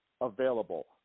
available